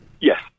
Yes